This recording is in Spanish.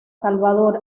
salvador